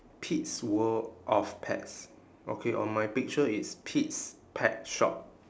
pete's world of pets okay on my picture it's pete's pet shop